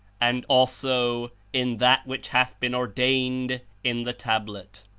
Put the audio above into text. and also in that which hath been or dained in the tablet.